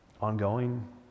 ongoing